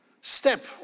step